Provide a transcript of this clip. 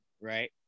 right